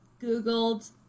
googled